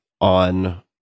on